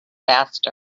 faster